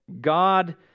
God